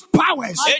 powers